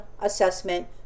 assessment